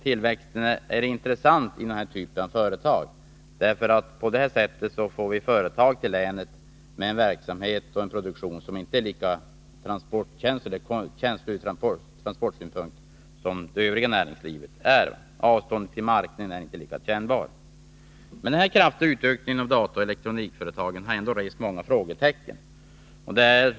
Tillväxten i denna typ av företag är intressant också därför att vi på detta sätt till länet får företag med en verksamhet och en produktion som inte är lika känslig ur transportsynpunkt som det övriga näringslivet. Avståndet till marknaden är inte lika kännbart. Denna kraftiga utökning av dataoch elektronikföretagen har dock rest många frågetecken.